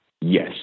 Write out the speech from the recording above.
Yes